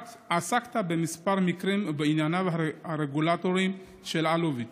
עסקת במספר מקרים בענייניו הרגולטוריים של אלוביץ',